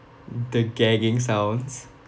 mm the gagging sounds